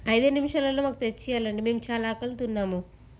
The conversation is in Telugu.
ఐదారు నిమిషాల్లో మాకు తెచ్చియ్యాలండి మేము చాలా ఆకలితో ఉన్నాము